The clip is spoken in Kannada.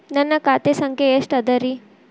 ನನ್ನ ಖಾತೆ ಸಂಖ್ಯೆ ಎಷ್ಟ ಅದರಿ?